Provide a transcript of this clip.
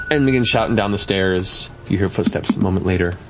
and begins shouting down the stairs. you hear footsteps a moment later,